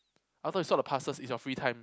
after you sort the passes it's your free time